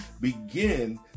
begin